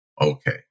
Okay